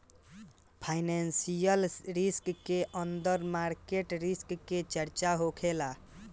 financial risk के अंदर market risk के चर्चा होखेला